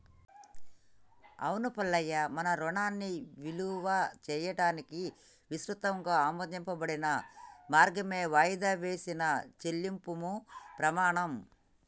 అవును మల్లయ్య మన రుణాన్ని ఇలువ చేయడానికి ఇసృతంగా ఆమోదించబడిన మార్గమే వాయిదా వేసిన చెల్లింపుము పెమాణం